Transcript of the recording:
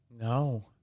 No